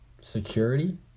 security